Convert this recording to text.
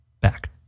back